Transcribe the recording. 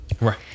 right